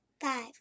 Five